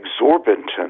exorbitant